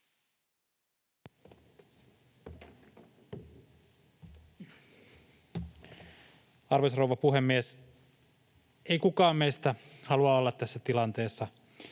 Arvoisa rouva puhemies! Ei kukaan meistä halua olla tässä tilanteessa.